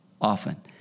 often